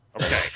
Okay